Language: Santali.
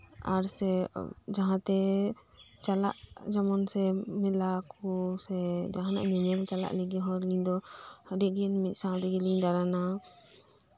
ᱟᱨ ᱡᱮ ᱡᱟᱦᱟᱸᱛᱮ ᱪᱟᱞᱟᱜ ᱡᱮᱢᱚᱱ ᱪᱮ ᱢᱮᱞᱟ ᱠᱚ ᱥᱮ ᱡᱟᱦᱟᱱᱟᱜ ᱧᱮᱧᱮᱞ ᱪᱟᱞᱟᱜ ᱞᱟᱹᱜᱤᱫ ᱟᱹᱞᱤᱧ ᱦᱚᱸ ᱟᱹᱰᱤᱜᱮ ᱢᱤᱫ ᱥᱟᱶ ᱛᱮᱜᱮᱞᱤᱧ ᱫᱟᱬᱟᱱᱟ